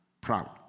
proud